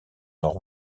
nord